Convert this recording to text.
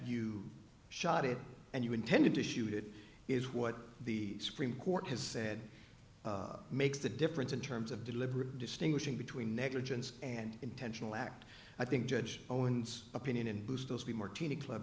you shot it and you intended to shoot it is what the supreme court has said makes the difference in terms of deliberate distinguishing between negligence and intentional act i think judge owens opinion in boost will be more teeny club